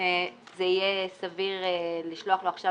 הסיכונים בעצם זה סוג של סיכול